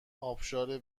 ابشار